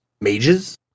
mages